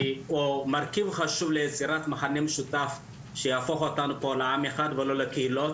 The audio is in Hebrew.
או מרכיב חשוב ליצירת מכנה משותף שיהפוך אותנו פה לעם אחד ולא לקהילות,